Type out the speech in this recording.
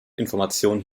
informationen